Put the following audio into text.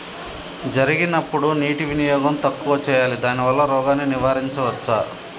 జరిగినప్పుడు నీటి వినియోగం తక్కువ చేయాలి దానివల్ల రోగాన్ని నివారించవచ్చా?